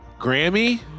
Grammy